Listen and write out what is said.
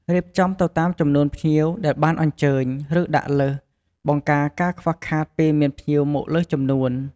រៀបចំទៅតាមចំនួនភ្ញៀវដែលបានអញ្ជើញ ឬដាក់លើស បង្ការការខ្វះខាតពេលមានភ្ញៀរមកលើសចំនួន។